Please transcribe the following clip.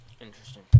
Interesting